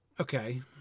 okay